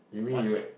March